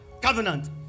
covenant